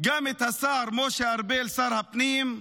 גם את השר משה ארבל, שר הפנים,